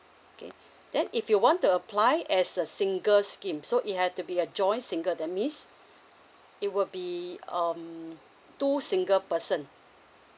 okay then if you want to apply as a single scheme so it had to be a joint single that means it will be um two single person